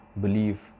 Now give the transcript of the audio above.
believe